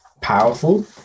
powerful